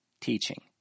teaching